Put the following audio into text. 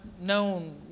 known